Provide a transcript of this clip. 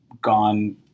gone